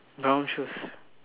brown shoes